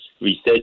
research